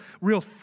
real